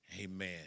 amen